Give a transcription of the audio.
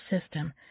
system